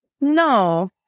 No